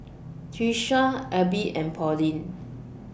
Tyesha Abie and Pauline